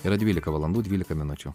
yra dvylika valandų dvylika minučių